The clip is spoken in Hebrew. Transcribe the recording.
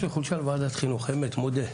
יש לי חולשה לוועדת חינוך, אמת, מודה.